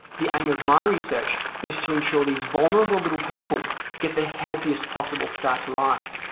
the aim of my research is to ensure these vulnerable little people get the healthiest possible start to life.